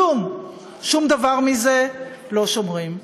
כלום, שום דבר מזה לא שומרים.